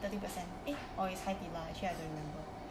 thirty percent eh or is 海底捞 actually I don't remember